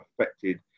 affected